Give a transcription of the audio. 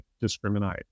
discriminate